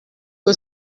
que